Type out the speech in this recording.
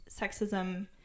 sexism